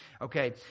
Okay